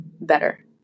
better